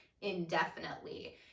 indefinitely